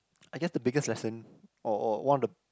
I guess the biggest lesson or or one of the